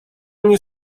mnie